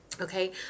Okay